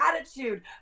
attitude